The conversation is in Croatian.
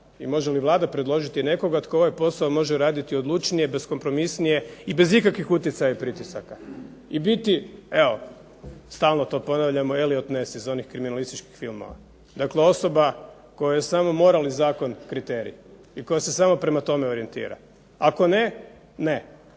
i može li Vlada predložiti nekoga tko ovaj posao može raditi odlučnije, beskompromisnije i bez ikakvih utjecaja i pritisaka i biti evo stalno to ponavljamo Elliot Ness iz onih kriminalističkih filmova. Dakle, osoba kojoj je samo moralni zakon kriterij i koja se samo prema tome orijentira. Ako ne, ne.